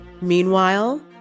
Meanwhile